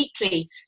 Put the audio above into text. weekly